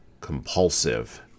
compulsive